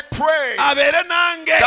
pray